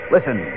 Listen